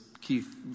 Keith